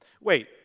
Wait